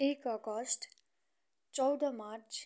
एक अगस्ट चौध मार्च